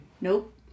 Nope